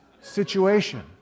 situation